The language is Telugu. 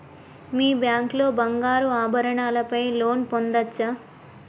మీ బ్యాంక్ లో బంగారు ఆభరణాల పై లోన్ పొందచ్చా?